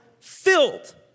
filled